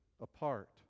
apart